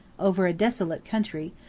over a desolate country,